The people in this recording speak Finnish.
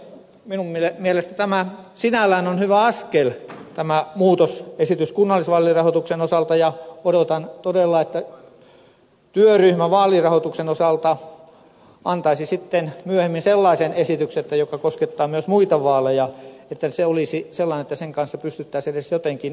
minun mielestäni tämä sinällään on hyvä askel tämä muutosesitys kunnallisvaalirahoituksen osalta ja odotan todella että työryhmä vaalirahoituksen osalta antaisi sitten myöhemmin sellaisen esityksen joka koskettaa myös muita vaaleja ja olisi sellainen että sen kanssa pystyttäisiin edes jotenkin elämään